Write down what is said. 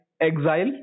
Exile